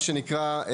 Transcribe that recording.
מה שנקרא,